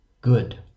good